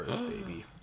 baby